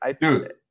Dude